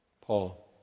Paul